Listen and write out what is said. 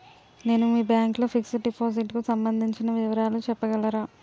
నేను మీ బ్యాంక్ లో ఫిక్సడ్ డెపోసిట్ కు సంబందించిన వివరాలు చెప్పగలరా?